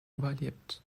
überlebt